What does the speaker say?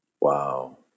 Wow